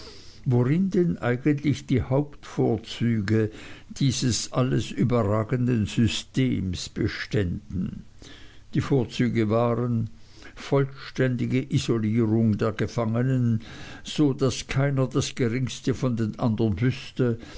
worin denn eigentlich die hauptvorzüge dieses alles überragenden systems beständen die vorzüge waren vollständige isolierung der gefangenen so daß keiner das geringste von den andern wüßte